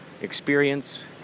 Experience